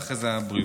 ואחרי זה הבריאות,